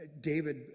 David